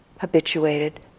habituated